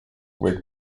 whig